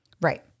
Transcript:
right